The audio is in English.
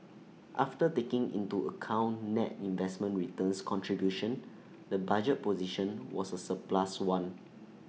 after taking into account net investment returns contribution the budget position was A surplus one